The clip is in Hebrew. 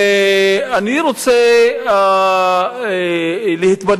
ואני רוצה להתוודות,